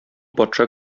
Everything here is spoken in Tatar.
патша